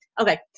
Okay